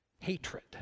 Hatred